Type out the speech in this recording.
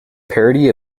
parody